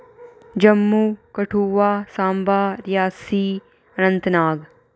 Jammu Kathua Samba Reasi Anantnag